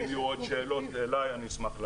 אם יהיו עוד שאלות אלי אני אשמח.